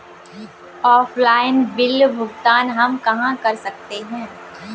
Offline bill भुगतान हम कहां कर सकते हैं?